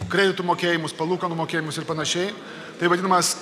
kreditų mokėjimus palūkanų mokėjimus ir panašiai taip vadinamas